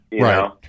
right